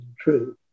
true